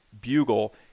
bugle